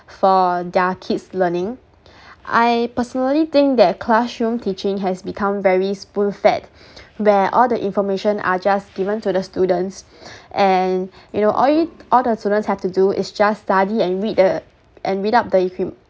for their kids learning I personally think that classroom teaching has become very spoon fed where all the information are just given to the students and you know all y~ all the students have to do is just study and read the and read out the